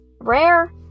rare